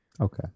Okay